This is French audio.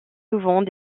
souvent